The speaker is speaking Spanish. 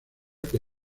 que